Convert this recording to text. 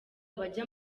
bajya